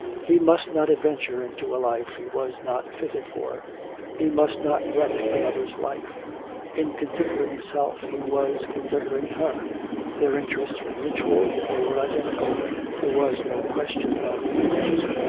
he must not adventure into a life he was not fitted for he must not wreck another's life in considering himself he was considering her their interests were mutual, they were identical there was no question of egotism.